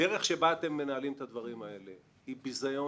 הדרך שבה אתם מנהלים את הדברים האלה היא בזיון